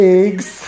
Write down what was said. eggs